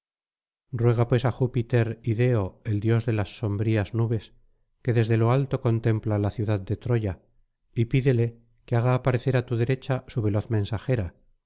ruega pues á júpiter ideo el dios de las sombrías nubes que desde lo alto contempla la ciudad de troya y pídele que haga aparecer á tu derecha su veloz mensajera